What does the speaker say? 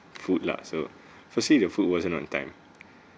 food lah so firstly the food wasn't on time